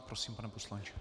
Prosím, pane poslanče.